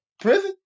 prison